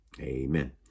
Amen